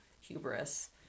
hubris